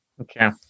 Okay